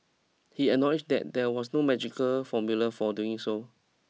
he acknowledged that there was no magical formula for doing so